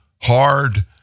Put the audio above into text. hard